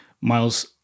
Miles